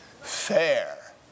fair